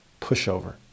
pushover